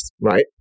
right